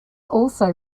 also